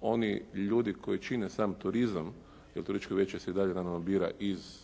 oni ljudi koji čine sam turizam jer turističko vijeće se naravno dalje bira iz